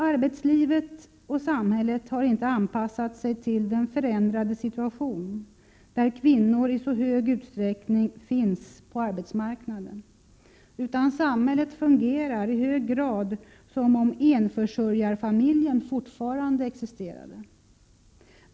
Arbetslivet och samhället har inte anpassat sig till den förändrade situation där kvinnor i så stor utsträckning finns på arbetsmarknaden, utan samhället fungerar i hög grad som om enförsörjarfamiljen fortfarande existerade.